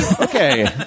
Okay